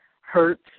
hurts